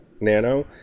NaNo